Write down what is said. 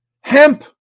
hemp